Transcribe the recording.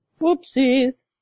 whoopsies